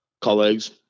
colleagues